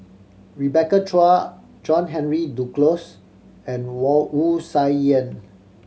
Rebecca Chua John Henry Duclos and Wu Tsai Yen